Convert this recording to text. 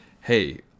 hey